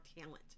talent